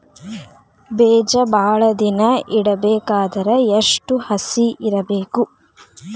ಬೇಜ ಭಾಳ ದಿನ ಇಡಬೇಕಾದರ ಎಷ್ಟು ಹಸಿ ಇರಬೇಕು?